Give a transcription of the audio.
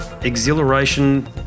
exhilaration